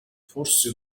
forse